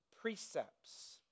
precepts